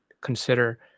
consider